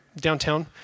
downtown